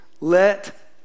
Let